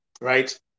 right